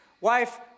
Wife